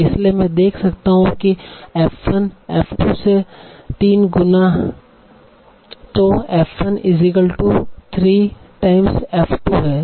इसलिए मैं देख सकता हूँ कि f1 f 2 से 3 गुना तों f13f2 है